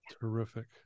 terrific